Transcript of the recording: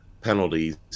penalties